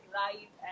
right